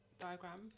diagram